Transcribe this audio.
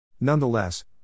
Nonetheless